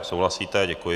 Souhlasíte, děkuji.